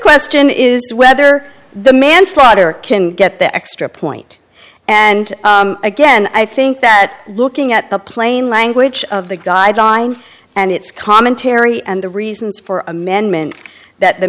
question is whether the manslaughter can get the extra point and again i think that looking at the plain language of the guideline and its commentary and the reasons for amendment that the